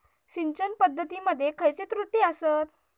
सिंचन पद्धती मध्ये खयचे त्रुटी आसत?